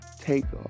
Takeoff